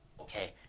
Okay